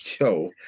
yo